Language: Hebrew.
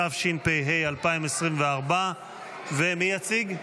התשפ"ה 2024. מי יציג?